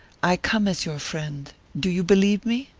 i come as your friend do you believe me?